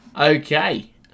Okay